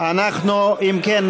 אם כן, אנחנו נצביע.